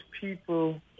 people